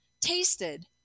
tasted